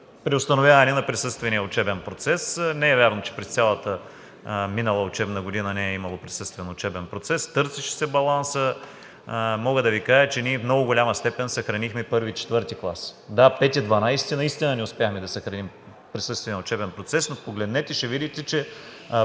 преустановяване на присъствения учебен процес. Не е вярно, че през цялата минала учебна година не е имало присъствен учебен процес. Търсеше се балансът. Мога да Ви кажа, че ние в много голяма степен съхранихме I – IV клас. Да, в V– XII наистина не успяхме да съхраним присъствения учебен процес, но погледнете, ще видите, че